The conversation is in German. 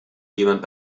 jemand